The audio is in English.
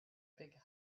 big